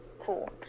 cool